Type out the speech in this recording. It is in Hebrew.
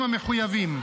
המחויבים.